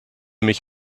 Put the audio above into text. mich